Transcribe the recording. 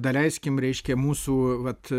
daleiskim reiškia mūsų vat